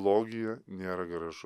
blogyje nėra gražu